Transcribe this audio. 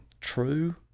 true